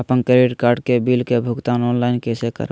अपन credit card के bill के भुगतान ऑनलाइन कैसे करबैय?